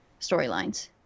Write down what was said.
storylines